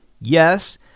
Yes